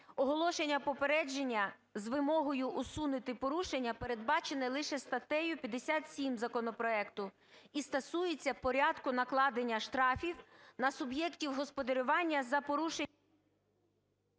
оголошення попередження з вимогою усунути порушення, передбачене лише статтею 57 законопроекту і стосується порядку накладення штрафів на суб'єктів господарювання за порушення…